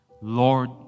Lord